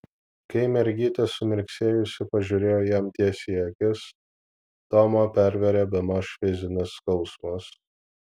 kai mergytė sumirksėjusi pažiūrėjo jam tiesiai į akis tomą pervėrė bemaž fizinis skausmas